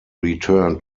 returned